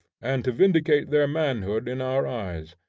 and to vindicate their manhood in our eyes.